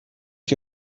die